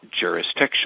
jurisdiction